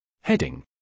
Heading